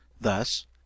thus